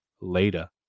later